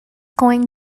going